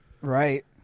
Right